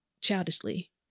childishly